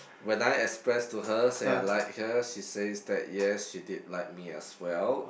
when I express to her say I like her she says that yes she did like me as well